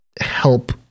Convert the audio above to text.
help